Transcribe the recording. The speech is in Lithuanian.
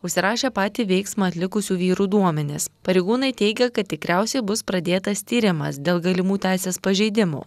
užsirašė patį veiksmą atlikusių vyrų duomenis pareigūnai teigia kad tikriausiai bus pradėtas tyrimas dėl galimų teisės pažeidimų